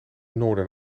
noorden